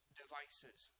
devices